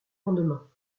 lendemain